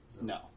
No